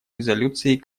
резолюции